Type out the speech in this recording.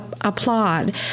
applaud